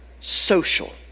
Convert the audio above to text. social